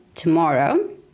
Tomorrow